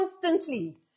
constantly